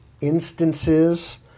instances